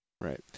Right